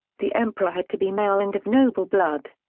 the emperor had to be male and of noble blood.